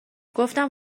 گفتم